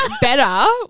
better